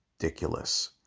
ridiculous